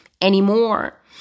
anymore